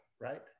right